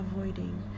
avoiding